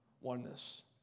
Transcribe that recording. oneness